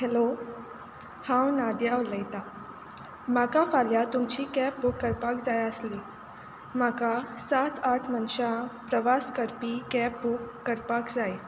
hello हांव Nadia उलयतां म्हाका फाल्यां तुमची कॅब बूक करपाक जाय आसली म्हाका सात आठ मनशां प्रवास करपी कॅब बूक करपाक जाय